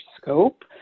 scope